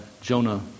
Jonah